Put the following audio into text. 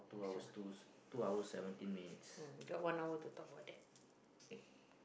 next one mm got one hour to talk about that